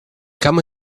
come